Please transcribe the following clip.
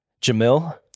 Jamil